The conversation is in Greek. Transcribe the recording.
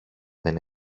δεν